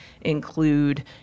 include